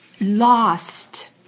lost